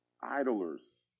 idlers